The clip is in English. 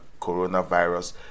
coronavirus